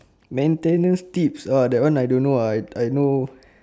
maintenance tips uh that one I don't know uh I I know